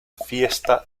fiesta